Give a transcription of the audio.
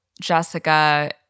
Jessica